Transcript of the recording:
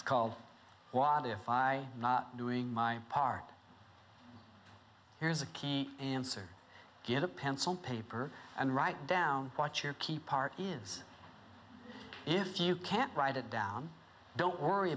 it's called wadi if i not doing my part here's a key answer get a pencil paper and write down what your key part is if you can't write it down don't worry